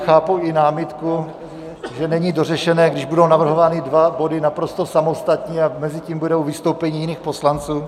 Chápu i námitku, že není dořešené, když budou navrhovány dva body naprosto samostatně a mezitím budou vystoupení jiných poslanců.